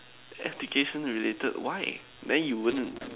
application related why then you wouldn't